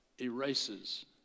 erases